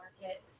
market